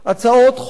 הצעות חוק